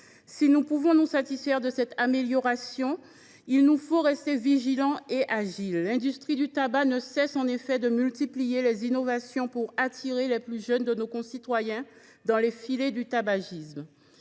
Si nous pouvons nous satisfaire de cette amélioration, nous devons rester vigilants et agiles. L’industrie du tabac ne cesse, en effet, de multiplier les innovations pour attirer les plus jeunes de nos concitoyens dans les filets du tabagisme.